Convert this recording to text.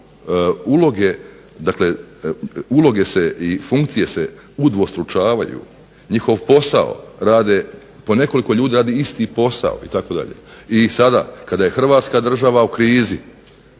uloge se i funkcije se udvostručavaju, njihov posao rade po nekoliko ljudi radi isti posao itd. I sada kada je Hrvatska država u krizi